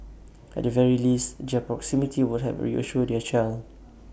at the very least proximity would help reassure their child